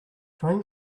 train